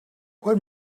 what